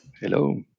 Hello